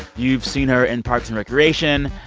you've seen her in parks and recreation.